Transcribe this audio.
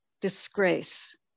disgrace